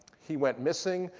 he went missing.